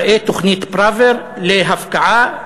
ראה תוכנית פראוור להפקעה,